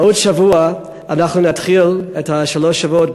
בעוד שבוע נתחיל את שלושת השבועות,